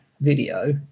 video